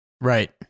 Right